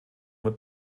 wird